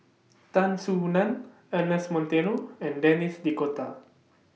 Tan Soo NAN Ernest Monteiro and Denis D'Cotta